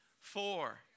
Four